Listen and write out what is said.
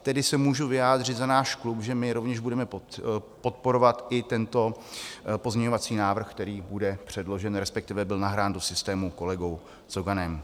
Tedy se můžu vyjádřit za náš klub, že my rovněž budeme podporovat i tento pozměňovací návrh, který bude předložen, respektive byl nahrán do systému kolegou Coganem.